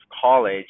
college